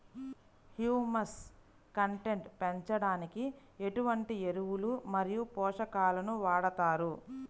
Humus content పెంచడానికి ఎటువంటి ఎరువులు మరియు పోషకాలను వాడతారు?